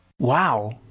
wow